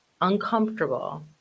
Uncomfortable